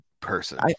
person